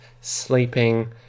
sleeping